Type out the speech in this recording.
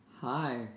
Hi